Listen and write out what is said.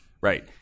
Right